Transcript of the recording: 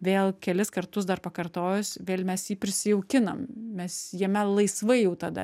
vėl kelis kartus dar pakartojus vėl mes jį prisijaukinam mes jame laisvai jau tada